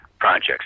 projects